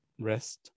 rest